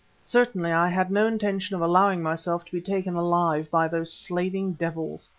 certainly i had no intention of allowing myself to be taken alive by those slaving devils.